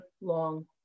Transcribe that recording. long